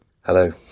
Hello